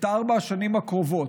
יש את ארבע השנים הקרובות.